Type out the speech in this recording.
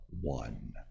one